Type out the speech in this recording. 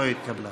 לא התקבלה.